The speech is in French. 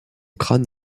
crâne